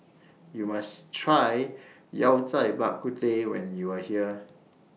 YOU must Try Yao Cai Bak Kut Teh when YOU Are here